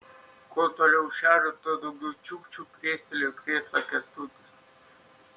kuo toliau į šiaurę tuo daugiau čiukčių krestelėjo į krėslą kęstutis